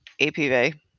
APV